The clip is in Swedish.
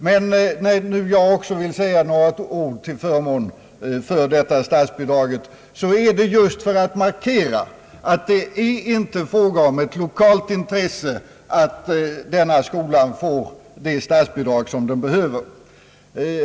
Men när nu även jag vill säga några ord till förmån för detta statsbidrag, sker det just för att markera att det inte är ett lokalt intresse att denna skola får det statsbidrag som den behöver.